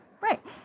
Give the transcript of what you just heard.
Right